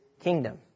kingdom